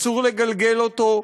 אסור לגלגל אותו,